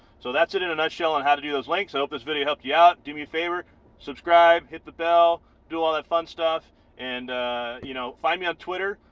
so that's it in a nutshell on how to do those links i hope this video helped you out do me a favor subscribe hit the bell do all that fun stuff and you know find me on twitter.